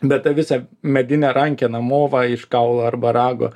bet ta visa medinė rankena mova iš kaulo arba rago